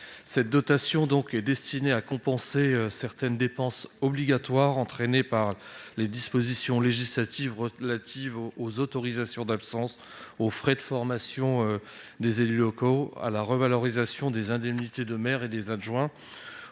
Cette dotation est destinée à compenser certaines dépenses obligatoires entraînées par les dispositions législatives relatives aux autorisations d'absence, aux frais de formation des élus locaux et à la revalorisation des indemnités des maires et des adjoints.